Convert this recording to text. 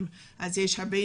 לפני ארבע-חמש שנים,